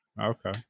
Okay